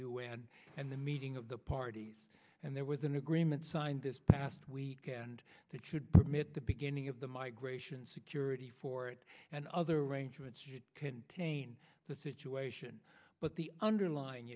n and the meeting of the parties and there was an agreement signed this past week and that should permit the beginning of the migration security for it and other arrangements to contain the situation but the underlying